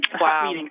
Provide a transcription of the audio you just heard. Wow